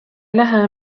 لها